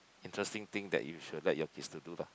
interesting thing that you should let your kids to do lah